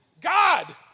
God